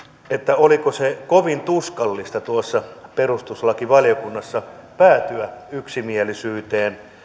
oliko kovin tuskallista tuolla perustuslakivaliokunnassa päätyä yksimielisyyteen